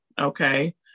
okay